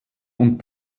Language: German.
und